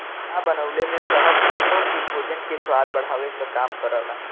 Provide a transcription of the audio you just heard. खाना बनवले में शहद कउनो भी भोजन के स्वाद बढ़ावे क काम करला